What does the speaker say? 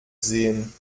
sehen